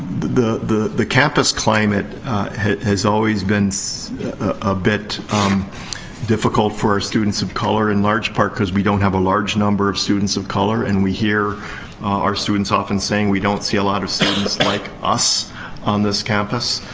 the the campus climate has always been so a bit difficult for our students of color. in large part because we don't have a large number of students of color. and we hear our students often saying, we don't see a lot of students like us on this campus.